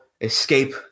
escape